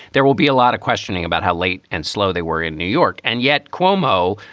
there will be a lot of questioning about how late and slow they were in new york. and yet cuomo,